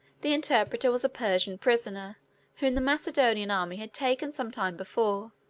the interpreter was a persian prisoner whom the macedonian army had taken some time before,